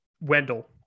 Wendell